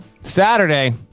Saturday